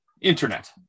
internet